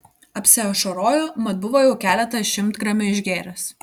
apsiašarojo mat buvo jau keletą šimtgramių išgėręs